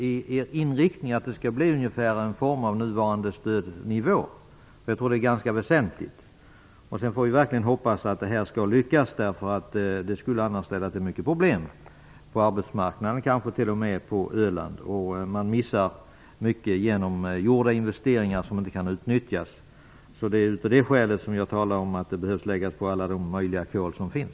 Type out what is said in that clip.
Är inriktningen att det skall vara ungefär samma stödnivå som nu? Jag tror att det är ganska väsentligt. Vi får verkligen hoppas att det här skall lyckas. Det skulle annars ställa till mycket problem på arbetsmarknaden och kanske t.o.m. på Öland. Man missar mycket genom att gjorda investeringar inte kan utnyttjas. Det är skälet till att jag talar om att man måste lägga på alla de kol man kan.